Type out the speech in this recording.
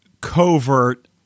covert